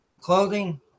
clothing